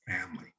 family